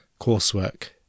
coursework